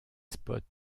spots